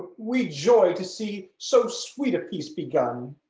we joy to see so sweet a peace begun.